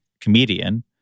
comedian